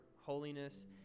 holiness